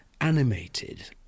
Animated